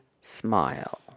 smile